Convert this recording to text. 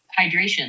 hydration